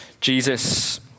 Jesus